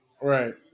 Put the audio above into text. Right